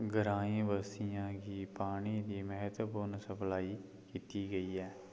ग्रांईं बासियें गी पानी दी म्हत्वपूर्ण सप्लाई कीती गेई ऐ